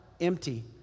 empty